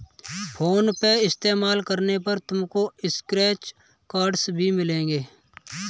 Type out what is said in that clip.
phone पे इस्तेमाल करने पर तुमको स्क्रैच कार्ड्स भी मिलेंगे